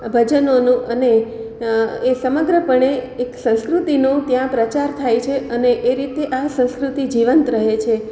ભજનોનો અને એ સમગ્રપણે એક સંસ્કૃતિનો ત્યાં પ્રચાર થાય છે અને એ રીતે આ સંસ્કૃતિ જીવંત રહે છે